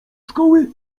szkoły